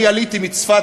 אני עליתי מצפת